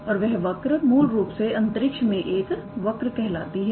और वह वर्क मूल रूप से अंतरिक्ष में एक वर्क कहलाती है